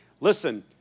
Listen